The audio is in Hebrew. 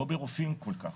לא ברופאים כל כך.